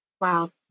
Wow